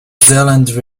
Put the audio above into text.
zealand